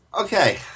okay